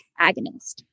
agonist